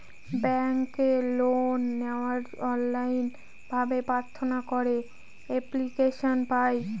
ব্যাঙ্কে লোন নেওয়ার অনলাইন ভাবে প্রার্থনা করে এপ্লিকেশন পায়